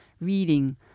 reading